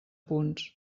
punts